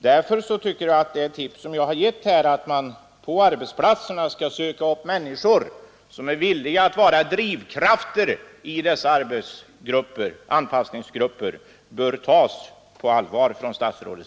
Därför tycker jag att mitt tips att man på arbetsplatserna skall söka upp människor, som är villiga att vara drivkrafter i dessa anpassningsgrupper, bör tas på allvar av herr statsrådet.